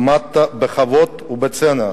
עמדת בכבוד ובצנע,